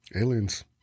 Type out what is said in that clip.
Aliens